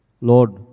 lord